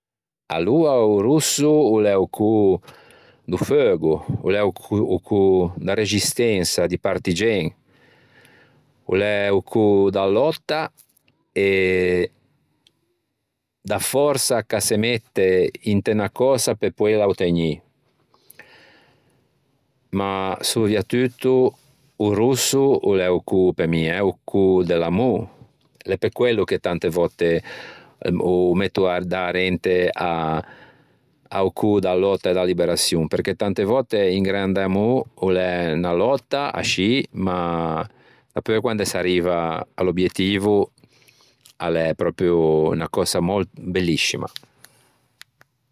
Aloa o rosso o l'é o cô do feugo o l'é o cô da rexistensa di partigen. O l'é o cô da lòtta e da fòrsa ch'a se mette inte unna cösa pe poeila ottegnî. Ma soviatutto o rosso o l'é o cô pe mi eh o cô de l'amô. L'é pe quello che tante vòtte ô metto da arente a-o cô da lòtta e da liberaçion perché tante vòtte un grande amô o l'é unna lòtta ascì ma apeu quande s'arriva ò l'obiettivo a l'é pròpio unna cösa belliscima.